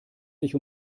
sich